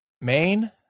Maine